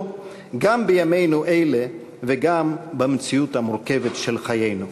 גם בימינו אלה וגם במציאות המורכבת של חיינו.